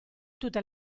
tutte